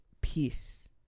peace